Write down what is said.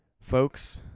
folks